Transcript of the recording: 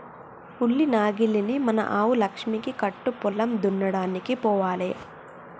ఉలి నాగలిని మన ఆవు లక్ష్మికి కట్టు పొలం దున్నడానికి పోవాలే